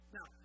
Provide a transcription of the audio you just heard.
Now